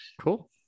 Cool